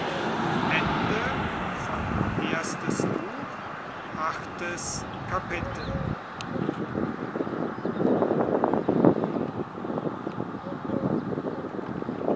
erstes buch erstes kapitel